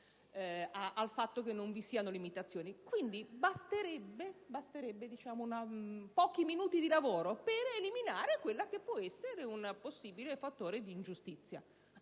sul fatto che non vi siano limitazioni. Quindi, basterebbero pochi minuti di lavoro per eliminare quel che può essere un possibile fattore di ingiustizia.